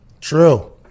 True